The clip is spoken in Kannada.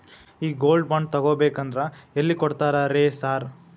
ಈ ಗೋಲ್ಡ್ ಬಾಂಡ್ ತಗಾಬೇಕಂದ್ರ ಎಲ್ಲಿ ಕೊಡ್ತಾರ ರೇ ಸಾರ್?